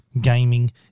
gaming